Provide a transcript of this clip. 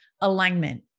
alignment